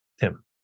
Tim